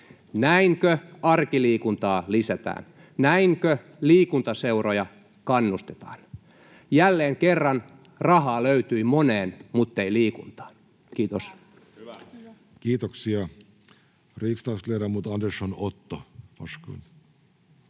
Näinkö arkiliikuntaa lisätään? Näinkö liikuntaseuroja kannustetaan? Jälleen kerran rahaa löytyi moneen muttei liikuntaan. — Kiitos. Kiitoksia.